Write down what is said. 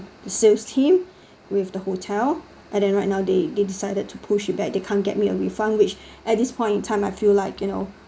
sales team with the hotel and then right now they they decided to push it back they can't get me a refund which at this point in time I feel like you know